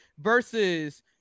versus